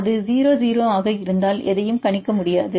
அது 0 0 ஆக இருந்தால் எதையும் கணிக்க முடியாது